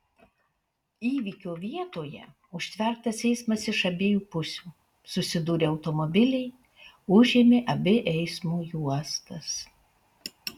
įvykio vietoje užtvertas eismas iš abiejų pusių susidūrė automobiliai užėmė abi eismo juostas